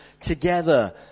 together